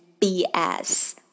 BS